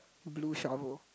blue shovel